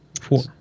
Four